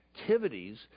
activities